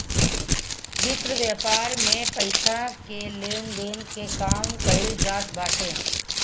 वित्त व्यापार में पईसा के लेन देन के काम कईल जात बाटे